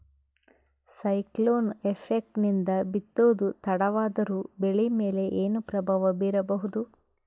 Cyclone effect ನಿಂದ ಬಿತ್ತೋದು ತಡವಾದರೂ ಬೆಳಿ ಮೇಲೆ ಏನು ಪ್ರಭಾವ ಬೀರಬಹುದು?